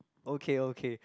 okay okay